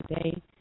today